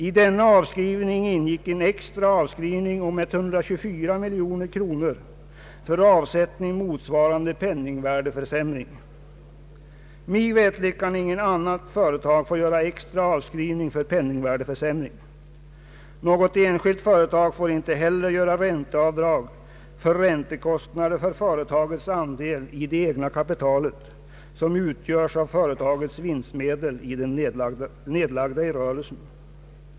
I denna avskrivning ingick en extra avskrivning om 124 miljoner kronor för avsättning motsvarande penningvärdeförsämringen. Mig veterligt kan inget annat företag få göra extra avskrivning för penningsvärdeförsämring. Något enskilt företag får inte heller göra ränteavdrag för räntekostnader för företagets andel i det egna kapitalet, som utgöres av företagets vinstmedel nedlagda i rörelsen.